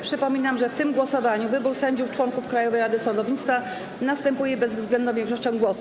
Przypominam, że w tym głosowaniu wybór sędziów członków Krajowej Rady Sądownictwa następuje bezwzględną większością głosów.